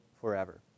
forever